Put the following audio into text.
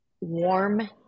warm